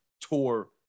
tour